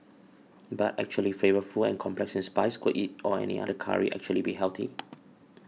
but equally flavourful and complex in spice could it or any other curry actually be healthy